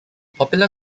popular